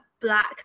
black